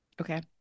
okay